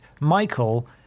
Michael